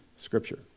Scripture